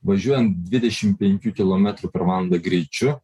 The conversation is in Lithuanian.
važiuojant dvidešim penkių kilometrų per valandą greičiu